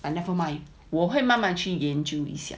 but nevermind 我会慢慢去研究一下